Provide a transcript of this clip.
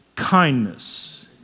kindness